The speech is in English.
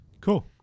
Cool